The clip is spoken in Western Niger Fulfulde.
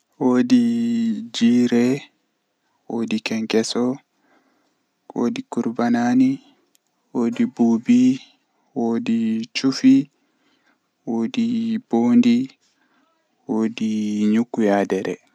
Taalel taalel jannata booyel, Woodi debbo feere ni odon nanga liddi o wala ceede konde o yahan o nanga liddi o yaara luumo o sora ndende feere odon nanga liddi sei o hefti fandu feere be patakewol haa nder man nde o hoosi o fisti o laara patakewol man don windi woodi hawrire feere oyaha o irta woodi ceede haa nder man o hoosa.